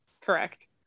Correct